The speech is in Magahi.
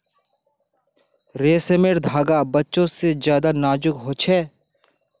रेसमर धागा बच्चा से ज्यादा नाजुक हो छे